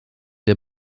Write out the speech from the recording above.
der